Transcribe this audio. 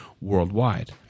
worldwide